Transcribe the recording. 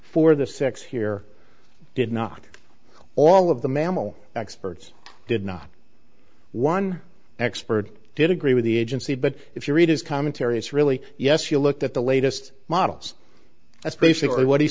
for the six here did not all of the mammal experts did not one expert did agree with the agency but if you read his commentaries really yes you looked at the latest models that's basically what